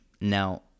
now